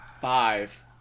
Five